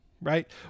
right